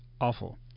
awful